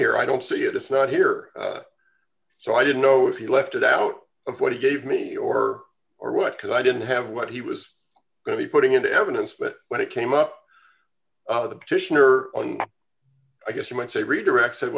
here i don't see it it's not here so i didn't know if he left it out of what he gave me or or what because i didn't have what he was going to be putting into evidence but when it came up the petitioner i guess you might say redirect said